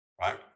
right